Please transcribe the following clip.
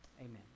Amen